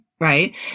right